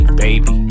baby